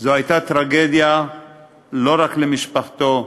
זו הייתה טרגדיה לא רק למשפחתו,